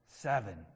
Seven